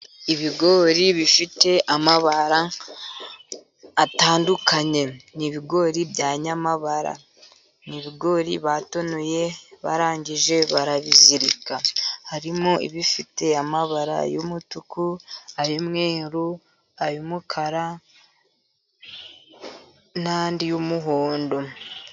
Ibigori bifite amabara atandukanye ni ibigori bya nyamabara, ni ibigori batonoye barangije barabizirika harimo ibifite amabara y'umutuku, ay'umweru, ay'umukara n'andi y'umuhondo.